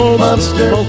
monster